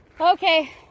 Okay